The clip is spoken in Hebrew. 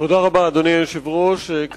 אדוני היושב-ראש, תודה רבה.